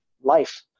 life